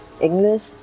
English